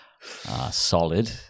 Solid